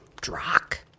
Drock